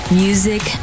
music